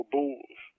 Bulls